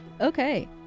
Okay